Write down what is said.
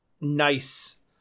nice